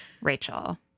Rachel